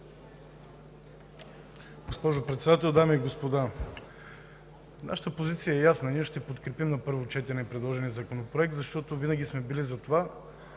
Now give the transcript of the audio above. Госпожо Председател, дами и господа! Нашата позиция е ясна. Ние ще подкрепим на първо четене предложения законопроект, защото винаги сме били за това